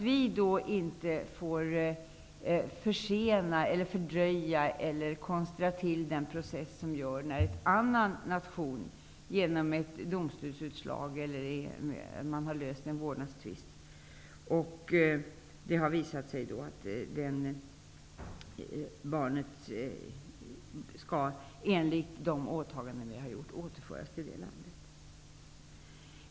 Vi får inte fördröja eller konstra till den process som uppstår om ett barn enligt ett domstolsutslag eller någon annan lösning av en vårdnadstvist skall återföras till något annat land.